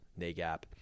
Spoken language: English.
NAGAP